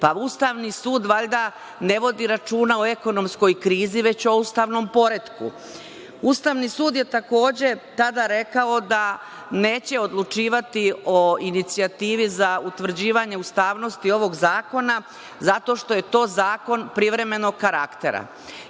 Ustavni sud, valjda, ne vodi računa o ekonomskoj krizi, već o ustavnom poretku. Ustavni sud je takođe tada rekao da neće odlučivati o inicijativi za utvrđivanje ustavnosti ovog zakona, zato što je to zakon privremenog karaktera.